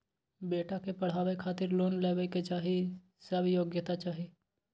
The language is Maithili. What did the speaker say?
बेटा के पढाबै खातिर लोन लेबै के की सब योग्यता चाही?